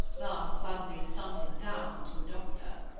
thus suddenly stunted down to a doctor.